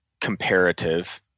comparative